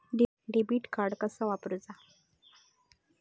Debit card कसा वापरुचा?